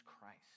Christ